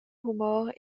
humor